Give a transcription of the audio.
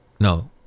No